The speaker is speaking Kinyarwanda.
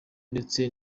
ndetse